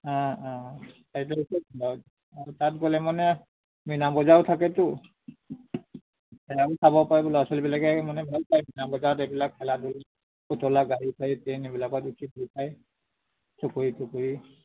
অঁ অঁ তাত গ'লে মানে মীনা বজাৰো থাকেতো সেয়াও চাব পাৰিব ল'ৰা ছোৱালীবিলাকে মানে ভাল পায় মীনা বজাৰত এইবিলাক খেলা ধূলা পুতলা গাড়ী চাড়ী ট্ৰেইন এইবিলাকত উঠি ভাল পায় চকৰী তকৰী